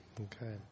Okay